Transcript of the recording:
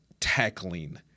tackling